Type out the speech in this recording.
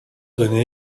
donnait